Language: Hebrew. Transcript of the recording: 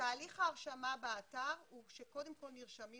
תהליך ההרשמה באתר הוא שקודם כול נרשמים